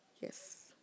yes